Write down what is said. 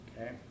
okay